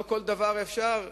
לא כל דבר אפשר,